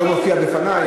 שלא מופיע בפני,